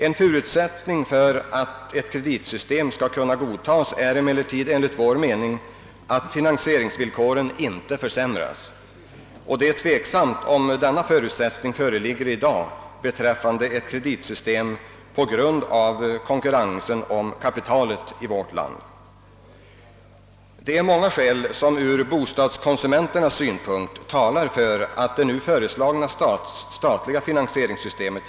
En förutsättning för att ett kreditgarantisystem skall kunna godtas är emellertid, enligt vår mening, att finansieringsvillkoren inte försämras. Det är tveksamt om denna förutsättning föreligger i dag beträffande ett kreditgarantisystem på grund av konkurrensen om kapitalet i vårt land. Det är många skäl som tr bostadskonsumenternas synpunkt talar för det föreslagna statliga finansieringssystemet.